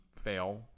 fail